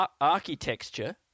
Architecture